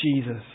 Jesus